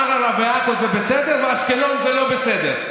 ערערה ועכו זה בסדר ואשקלון זה לא בסדר.